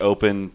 Open